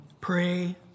pray